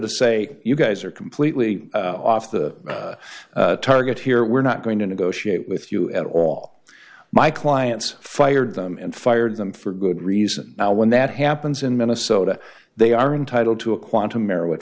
to say you guys are completely off the target here we're not going to negotiate with you at all my clients fired them and fired them for good reason now when that happens in minnesota they are entitled to a quantum error what